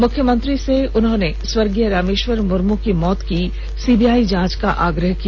मुख्यमंत्री से उन्होंने स्वर्गीय रामेश्वर मुर्म की मौत की सीबीआई जांच का आग्रह किया